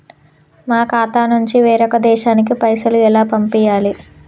మా ఖాతా నుంచి వేరొక దేశానికి పైసలు ఎలా పంపియ్యాలి?